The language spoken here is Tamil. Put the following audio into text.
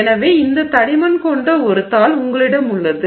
எனவே இந்த தடிமன் கொண்ட ஒரு தாள் உங்களிடம் உள்ளது